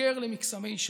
ולהתמכר למקסמי שווא.